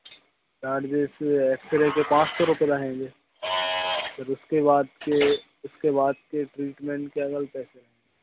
चाडजेस X ray के पाँच सौ रुपये रहेंगे फिर उसके बाद के उसके बाद के ट्रीटमेंट के अलग पैसे